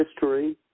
history